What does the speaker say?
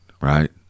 right